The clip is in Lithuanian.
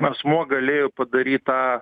asmuo galėjo padaryt tą